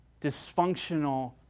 dysfunctional